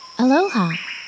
Aloha